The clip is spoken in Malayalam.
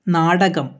നാടകം